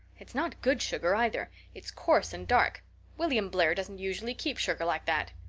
it's not good sugar, either it's coarse and dark william blair doesn't usually keep sugar like that.